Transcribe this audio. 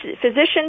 Physicians